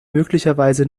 möglicherweise